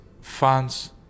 fans